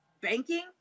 banking